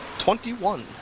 Twenty-one